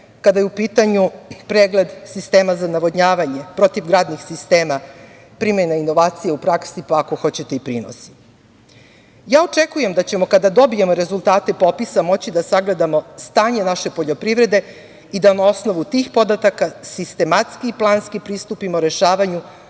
kada je u pitanju pregled sistema za navodnjavanje, protivgradnih sistema, primenom inovacije u praksi, pa ako hoćete i prinos. Ja očekujem da ćemo kada dobijemo rezultate popisa moći da sagledamo stanje naše poljoprivrede i da na osnovu tih podataka sistematski i planski pristupimo rešavanju